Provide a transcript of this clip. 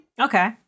Okay